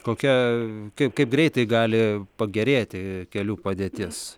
kokia kaip kaip greitai gali pagerėti kelių padėtis